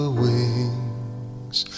wings